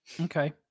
Okay